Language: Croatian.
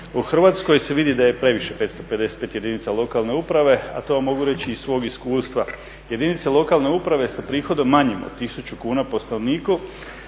u Hrvatskoj se vidi da je previše 555 jedinica lokalne uprave, a to vam mogu reći iz svog iskustva. Jedinice lokalne uprave sa prihodom manjim od 1000 kuna po stanovniku,